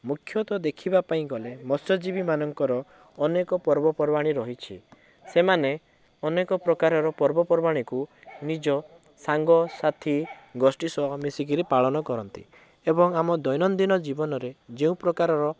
ମୁଖ୍ୟତଃ ଦେଖିବା ପାଇଁ ଗଲେ ମତ୍ସ୍ୟଜୀବୀ ମାନଙ୍କର ଅନେକ ପର୍ବପର୍ବାଣି ରହିଛି ସେମାନେ ଅନେକ ପ୍ରକାରର ପର୍ବପର୍ବାଣୀକୁ ନିଜ ସାଙ୍ଗସାଥୀ ଗୋଷ୍ଠୀ ସହ ମିଶିକିରି ପାଳନ କରନ୍ତି ଏବଂ ଆମ ଦୈନନ୍ଦିନ ଜୀବନରେ ଯେଉଁ ପ୍ରକାରର ବା